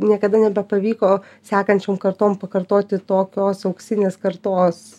niekada nebepavyko sekančiom kartom pakartoti tokios auksinės kartos